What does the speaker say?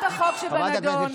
על מה את מדברת?